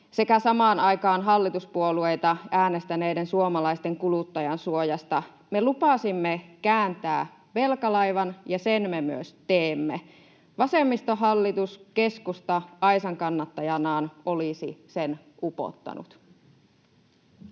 sekä samaan aikaan hallituspuolueita äänestäneiden suomalaisten kuluttajansuojasta. Me lupasimme kääntää velkalaivan, ja sen me myös teemme. Vasemmistohallitus keskusta aisankannattajanaan olisi sen upottanut.